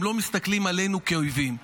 הם לא מסתכלים עלינו כעל אויבים.